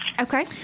Okay